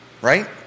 Right